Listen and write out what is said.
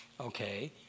okay